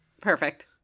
Perfect